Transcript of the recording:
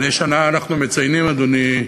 מדי שנה אנחנו מציינים, אדוני,